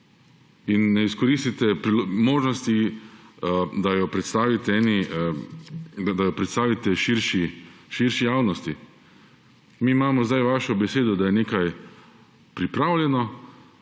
in ne izkoristite možnosti, da jo predstavite širši javnosti. Mi imamo zdaj vašo besedo, da je nekaj pripravljeno,